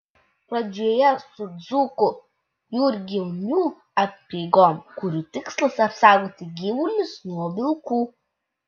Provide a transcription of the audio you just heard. pradžioje su dzūkų jurginių apeigom kurių tikslas apsaugoti gyvulius nuo vilkų